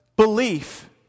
Belief